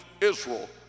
Israel